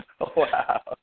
Wow